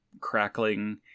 crackling